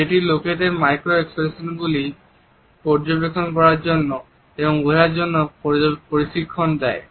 যেটি লোকেদের micro expression গুলি পর্যবেক্ষণ করার জন্য এবং বোঝার জন্য প্রশিক্ষণ দেয়